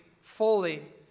fully